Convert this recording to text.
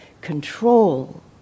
control